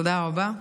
תודה רבה.